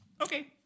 Okay